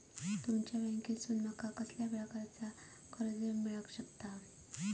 तुमच्या बँकेसून माका कसल्या प्रकारचा कर्ज मिला शकता?